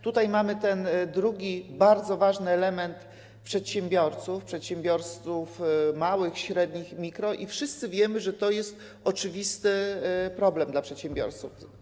Tutaj mamy ten drugi bardzo ważny element przedsiębiorców, przedsiębiorców małych, średnich i mikro, i wszyscy wiemy, że to jest oczywisty problem dla przedsiębiorców.